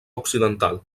occidental